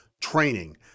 training